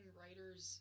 writers